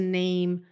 name